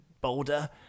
boulder